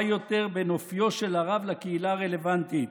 יותר בין אופיו של הרב לקהילה הרלוונטית,